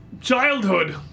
Childhood